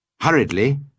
Hurriedly